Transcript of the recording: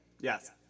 Yes